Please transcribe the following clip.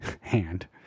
Hand